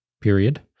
period